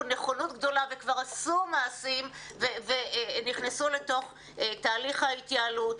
נכונות גדולה וכבר עשו מעשים ונכנסו לתוך תהליך ההתייעלות.